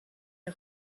est